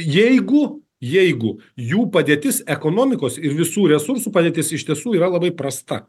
jeigu jeigu jų padėtis ekonomikos ir visų resursų padėtis iš tiesų yra labai prasta